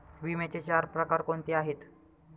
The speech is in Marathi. विम्याचे चार प्रकार कोणते आहेत?